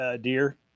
deer